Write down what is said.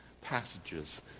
passages